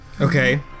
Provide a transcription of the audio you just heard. Okay